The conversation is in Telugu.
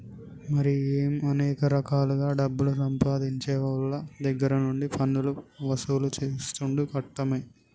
మరి ఏమో అనేక రకాలుగా డబ్బులు సంపాదించేవోళ్ళ దగ్గర నుండి పన్నులు వసూలు సేసుడు కట్టమే